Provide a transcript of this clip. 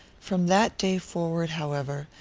from that day forward, however,